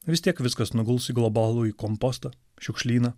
vis tiek viskas nuguls į globalų į komposto šiukšlyną